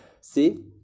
see